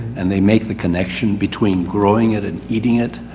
and they make the connection between growing it and eating it.